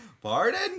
Pardon